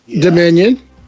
Dominion